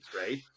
right